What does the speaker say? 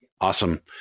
Awesome